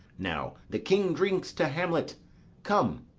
now the king drinks to hamlet come,